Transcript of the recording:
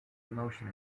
emotion